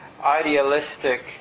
idealistic